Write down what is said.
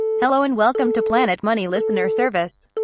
hello, and welcome to planet money listener service.